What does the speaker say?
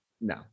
No